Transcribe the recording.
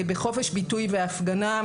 בחופש ביטוי והפגנה.